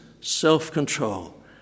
self-control